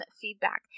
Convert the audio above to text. feedback